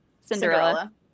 Cinderella